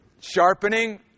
sharpening